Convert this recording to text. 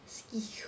skills